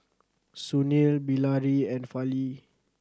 Sunil Bilahari and Fali